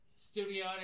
Studio